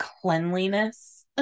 cleanliness